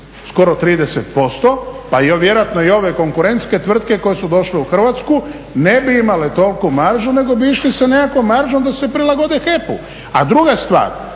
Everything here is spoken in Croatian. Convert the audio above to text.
vjerojatno i ove konkurentske tvrtke koje su došle u Hrvatsku ne bi imale toliku maržu nego bi išli sa nekakvom maržom da se prilagode HEP-u.